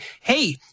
hey